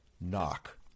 Knock